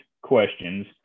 questions